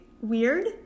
weird